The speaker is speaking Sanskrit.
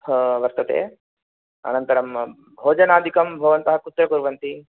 वर्तते अनन्तरं भोजनादिकं भवन्तः कुत्र कुर्वन्ति